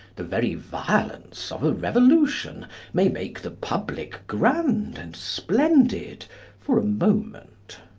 the very violence of a revolution may make the public grand and splendid for a moment.